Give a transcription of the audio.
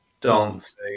dancing